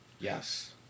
Yes